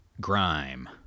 grime